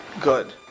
good